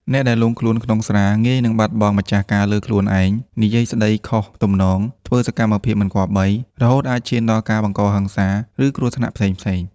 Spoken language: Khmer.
អ្នកដែលលង់ខ្លួនក្នុងស្រា ងាយនឹងបាត់បង់ម្ចាស់ការលើខ្លួនឯង និយាយស្តីខុសទំនង ធ្វើសកម្មភាពមិនគប្បី រហូតអាចឈានដល់ការបង្កហិង្សា ឬគ្រោះថ្នាក់ផ្សេងៗ។